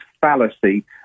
fallacy